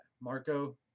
Marco